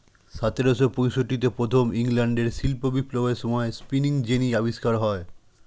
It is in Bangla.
সতেরোশো পঁয়ষট্টিতে প্রথম ইংল্যান্ডের শিল্প বিপ্লবের সময়ে স্পিনিং জেনি আবিষ্কার হয়